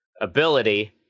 ability